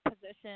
position